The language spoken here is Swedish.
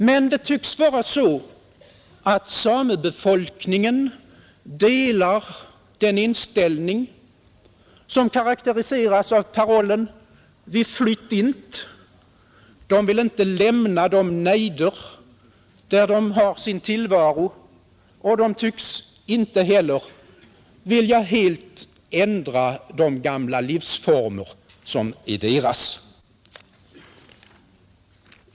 Men det tycks vara så att samebefolkningen delar den inställning som karakteriseras av parollen ”Vi flytt” int”! ” De vill inte lämna nejder där de har sin tillvaro, och de tycks inte heller vilja helt ändra de gamla livsformer som är deras.